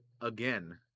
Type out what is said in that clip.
again